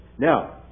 Now